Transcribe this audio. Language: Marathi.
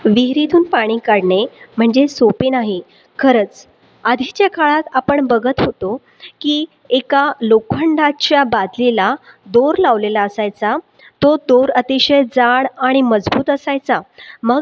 विहिरीतून पाणी काढणे म्हणजे सोपे नाही खरंच आधीच्या काळात आपण बघत होतो की एका लोखंडाच्या बादलीला दोर लावलेला असायचा तो दोर अतिशय जाड आणि मजबूत असायचा मग